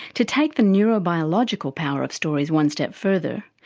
to take the neurobiological power of stories one step further,